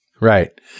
Right